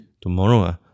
tomorrow